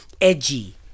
edgy